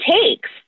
takes